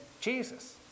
Jesus